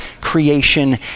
creation